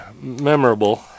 memorable